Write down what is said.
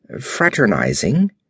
Fraternizing